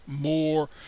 more